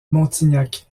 montignac